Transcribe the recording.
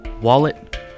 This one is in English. wallet